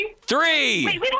three